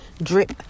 drip